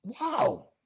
Wow